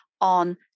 on